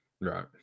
Right